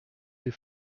des